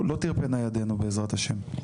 לא תרפינה ידינו, בעזרת השם.